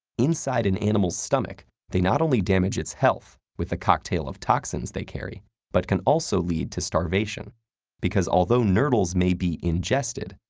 inside an animal's stomach, they not only damage its health with a cocktail of toxins they carry but can also lead to starvation because although nurdles may be ingested,